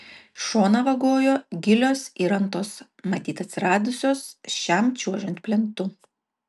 šoną vagojo gilios įrantos matyt atsiradusios šiam čiuožiant plentu